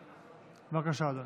בבקשה, אדוני.